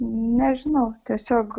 nežinau tiesiog